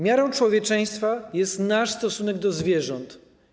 Miarą człowieczeństwa jest nasz stosunek do zwierząt.